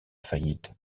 faillite